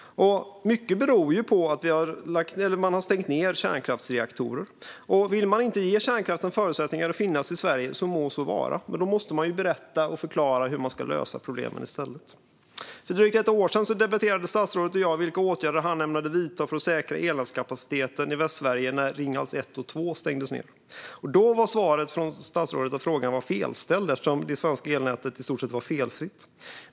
Mycket av detta beror på att man har stängt ned kärnkraftsreaktorer. Vill man inte ge kärnkraften förutsättningarna att finnas kvar i Sverige så må så vara, men då måste man berätta och förklara hur man ska lösa problemen i stället. För drygt ett år sedan debatterade statsrådet och jag vilka åtgärder han ämnade vidta för att säkra elnätskapaciteten i Västsverige när Ringhals l och 2 stängdes ned. Då var svaret från statsrådet att frågan var felställd eftersom det svenska elnätet i stort sett var felfritt.